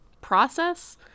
process